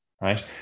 right